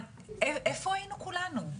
איפה היינו כולנו?